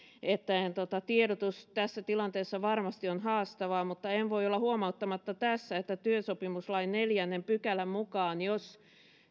että tiedotus tässä tilanteessa varmasti on haastavaa mutta en voi olla huomauttamatta tässä että työsopimuslain neljännen pykälän mukaan jos